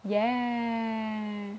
yeah